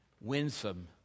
winsome